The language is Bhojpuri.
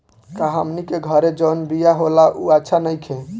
का हमनी के घरे जवन बिया होला उ अच्छा नईखे?